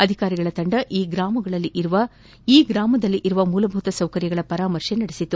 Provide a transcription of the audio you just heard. ಅಧಿಕಾರಿಗಳ ತಂಡ ಈ ಗ್ರಾಮದಲ್ಲಿ ಇರುವ ಮೂಲಭೂತ ಸೌಕರ್ಯಗಳ ಪರಾಮರ್ಶೇ ನಡೆಸಿದೆ